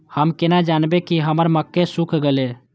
हम केना जानबे की हमर मक्के सुख गले?